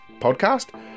podcast